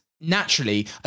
naturally